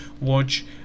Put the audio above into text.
watch